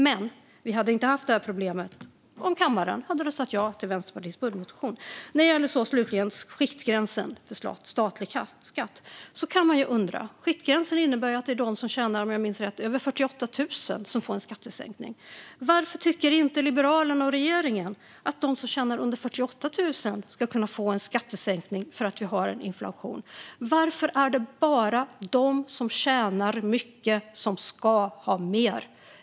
Men vi skulle inte ha haft det här problemet om kammaren hade röstat ja till Vänsterpartiets budgetmotion. Slutligen: När det gäller skiktgränsen för statlig skatt kan man undra några saker. Skiktgränsen innebär att det är de som tjänar - om jag minns rätt - över 48 000 som får en skattesänkning. Varför tycker inte Liberalerna och regeringen att de som tjänar under 48 000 ska kunna få en skattesänkning för att vi har en inflation? Varför är det bara de som tjänar mycket som ska ha mer?